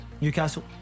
Newcastle